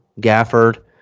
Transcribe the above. Gafford